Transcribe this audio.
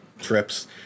Trips